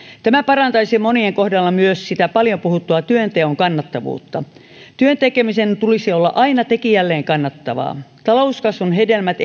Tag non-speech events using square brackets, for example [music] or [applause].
tämä parantaisi monien kohdalla myös sitä paljon puhuttua työnteon kannattavuutta työn tekemisen tulisi olla aina tekijälleen kannattavaa talouskasvun hedelmät [unintelligible]